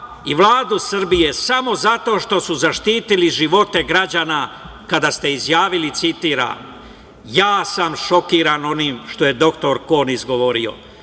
i Vladu Srbije samo zato što su zaštitili živote građana kada ste izjavili, citiram – ja sam šokiran onim što je dr Kon izgovorio.